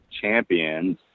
Champions